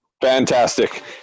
fantastic